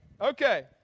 Okay